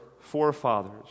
forefathers